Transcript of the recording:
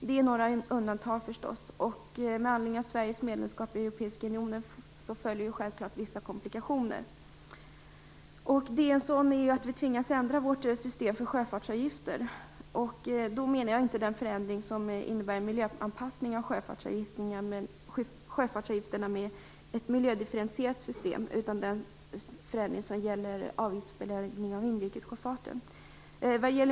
Det finns förstås några undantag. Med anledning av Sveriges medlemskap i Europeiska unionen följer självfallet vissa komplikationer. En sådan är att vi tvingas ändra vårt system för sjöfartsavgifter. Jag menar då inte den förändring som innebär milöanpassning av sjöfartsavgifterna med ett miljödifferentierat system, utan den förändring som gäller avgiftsbeläggning av inrikessjöfarten.